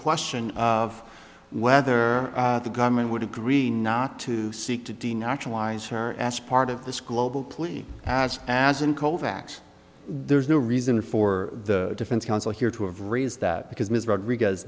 question of whether the government would agree not to seek to denationalize her as part of this global plea past as an kovacs there's no reason for the defense counsel here to have raise that because ms rodriguez